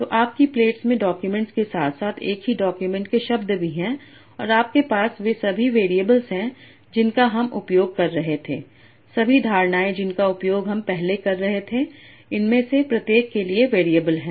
तो आपकी प्लेट्स में डाक्यूमेंट्स के साथ साथ एक ही डॉक्यूमेंट के शब्द भी हैं और आपके पास वे सभी वेरिएबल हैं जिनका हम उपयोग कर रहे थे सभी धारणाएँ जिनका उपयोग हम पहले कर रहे थे इनमें से प्रत्येक के लिए वेरिएबल हैं